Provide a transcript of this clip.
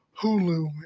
Hulu